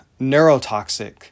neurotoxic